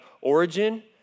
origin